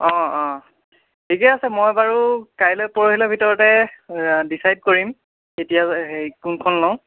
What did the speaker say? অঁ অঁ ঠিকে আছে মই বাৰু কাইলৈ পৰহিলৈৰ ভিতৰতে ডিচাইড কৰিম কেতিয়া হেৰি কোনখন লওঁ